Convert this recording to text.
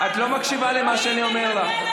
לא צריך ללמוד בעל פה.